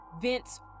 Vince